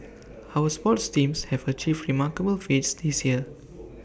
our sports teams have achieved remarkable feats this year